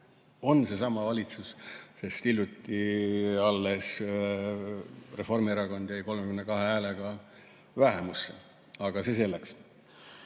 on seesama valitsus, sest hiljuti alles Reformierakond jäi 32 häälega vähemusse. Aga see selleks.